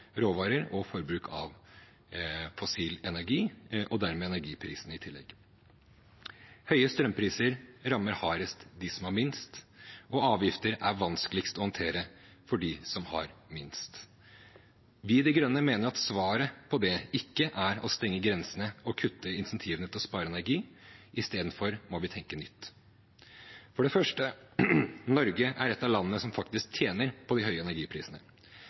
råvarer og fossil energi og dermed energiprisene i tillegg. Høye strømpriser rammer hardest dem som har minst, og avgifter er vanskeligst å håndtere for dem som har minst. Vi i Miljøpartiet De Grønne mener at svaret på det ikke er å stenge grensene og kutte insentivene til å spare energi – i stedet må vi tenke nytt. For det første: Norge er ett av landene som faktisk tjener på de høye energiprisene.